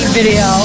video